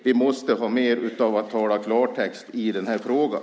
Vi måste ha mer av att tala klartext i den här frågan.